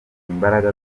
imbaraga